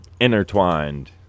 intertwined